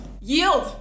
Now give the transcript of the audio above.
Yield